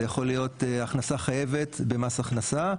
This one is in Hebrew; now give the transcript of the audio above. זה יכול להיות הכנסה חייבת במס הכנסה,